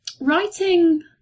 writing